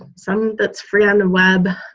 some that's free on the web,